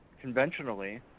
conventionally